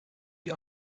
wie